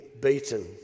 beaten